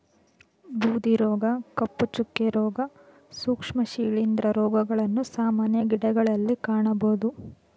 ಬೂದಿ ರೋಗ, ಕಪ್ಪು ಚುಕ್ಕೆ, ರೋಗ, ಸೂಕ್ಷ್ಮ ಶಿಲಿಂದ್ರ ರೋಗಗಳನ್ನು ಸಾಮಾನ್ಯ ಗಿಡಗಳಲ್ಲಿ ಕಾಣಬೋದು